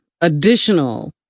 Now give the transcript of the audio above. additional